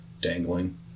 dangling